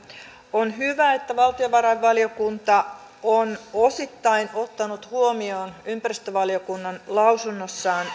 on hyvä että valtiovarainvaliokunta on osittain ottanut huomioon ympäristövaliokunnan lausunnossaan